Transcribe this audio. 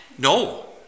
No